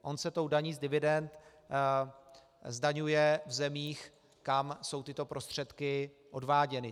On se tou daní z dividend zdaňuje v zemích, kam jsou tyto prostředky odváděny.